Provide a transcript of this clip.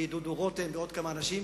מדודו רותם ומעוד כמה אנשים,